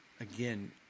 again